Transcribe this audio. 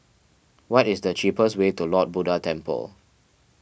what is the cheapest way to Lord Buddha Temple